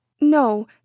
No